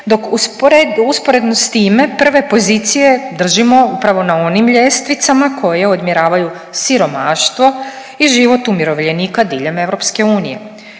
dok usporedno s time prve pozicije držimo upravo na onim ljestvicama koje odmjeravaju siromaštvo i život umirovljenika diljem EU.